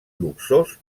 luxós